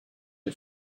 une